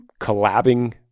collabing